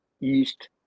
East